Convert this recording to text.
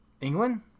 England